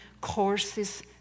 courses